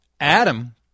Adam